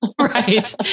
Right